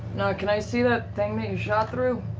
nott, can i see that thing that you shot through?